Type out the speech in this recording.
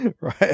Right